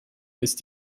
ist